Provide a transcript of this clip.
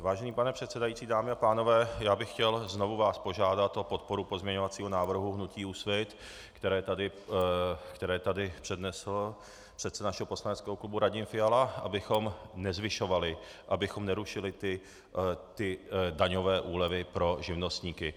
Vážený pane předsedající, dámy a pánové, já bych vás chtěl znovu požádat o podporu pozměňovacího návrhu hnutí Úsvit, které tady přednesl předseda našeho poslaneckého klubu Radim Fiala, abychom nezvyšovali, abychom nerušili daňové úlevy pro živnostníky.